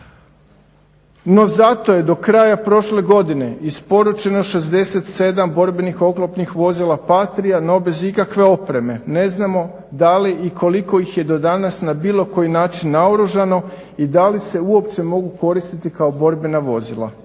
No zato je do kraja prošle godine isporučeno 67 borbenih oklopnih vozila PATRIA no bez ikakve opreme. Ne znamo da li i koliko ih je do danas na bilo koji način naoružano i da li se uopće mogu koristiti kao borbena vozila.